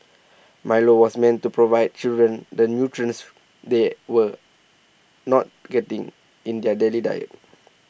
milo was meant to provide children the nutrients they were not getting in their daily diet